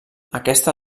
aquesta